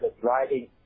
driving